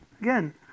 again